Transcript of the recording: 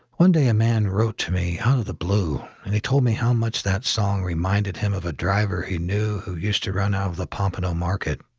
one day a man wrote to me out of the blue and he told me how much that song reminded him of a driver he knew who used to run out of the pompano market.